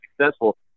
successful